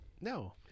No